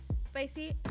spicy